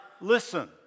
listen